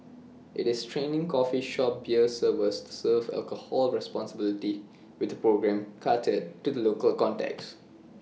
IT is training coffee shop beer service serve alcohol responsibly with A programme catered to the local context